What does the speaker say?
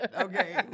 Okay